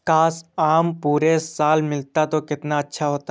काश, आम पूरे साल मिलता तो कितना अच्छा होता